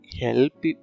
help